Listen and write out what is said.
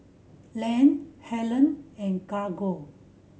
Lance Helene and Carlo